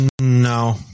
No